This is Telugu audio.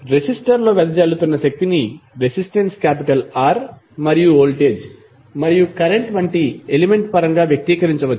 రెసిస్టర్ లో వెదజల్లుతున్న శక్తిని రెసిస్టెన్స్ R మరియు వోల్టేజ్ మరియు కరెంట్ వంటి ఎలిమెంట్ పరంగా వ్యక్తీకరించవచ్చు